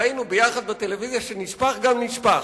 ראינו ביחד בטלוויזיה שנשפך גם נשפך.